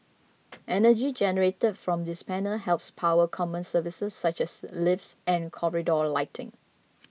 energy generated from these panels helps power common services such as lifts and corridor lighting